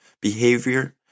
behavior